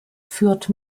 führt